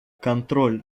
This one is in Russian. контроль